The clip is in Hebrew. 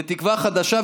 לתקווה חדשה,